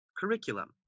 curriculum